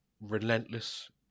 relentless